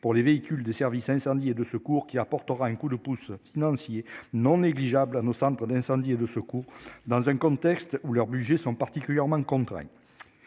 pour les véhicules des services d'incendie et de secours qui apportera un coup de pouce financier non négligeable nos au Centre d'incendie et de secours dans un contexte où leurs Budgets sont particulièrement contraignants.